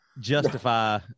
justify